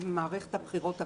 עד מערכת הבחירות הקודמת,